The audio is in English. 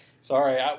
Sorry